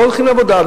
לא הולכים לעבודה,